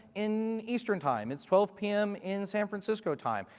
in eastern time, it's twelve p m. in san francisco time.